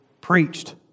preached